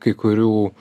kai kurių